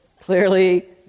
Clearly